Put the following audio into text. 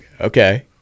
Okay